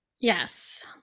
yes